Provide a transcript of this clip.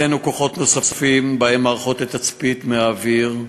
הקצינו כוחות נוספים, בהם מערכות לתצפית מהאוויר,